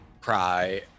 cry